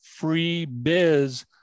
freebiz